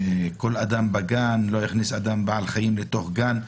לא יכניס אדם בעל חיים לתוך גן.